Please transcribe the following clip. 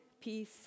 peace